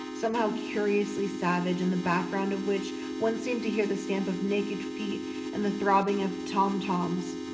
somehow curiously savage, in the background of which one seemed to hear the stamp of naked feet and the throbbing of tom-toms.